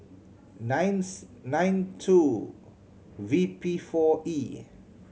nine nine two V P four E